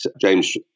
James